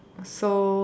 so